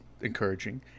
encouraging